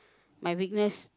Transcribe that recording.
my weakness